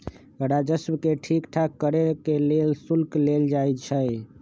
राजस्व के ठीक ठाक रहे के लेल शुल्क लेल जाई छई